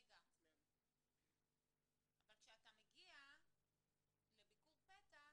כשאתה מגיע לביקור פתע,